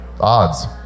odds